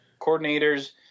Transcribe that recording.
coordinators